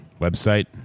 website